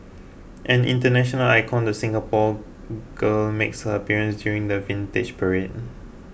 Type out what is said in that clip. an international icon the Singapore girl makes her appearance during the Vintage Parade